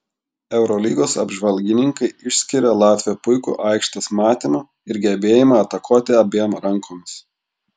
eurolygos apžvalgininkai išskiria latvio puikų aikštės matymą ir gebėjimą atakuoti abiem rankomis